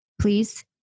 please